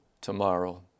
tomorrow